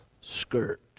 skirt